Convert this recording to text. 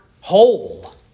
whole